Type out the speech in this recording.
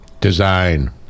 Design